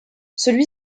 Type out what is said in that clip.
celui